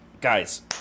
guys